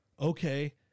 Okay